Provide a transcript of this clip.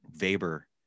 Weber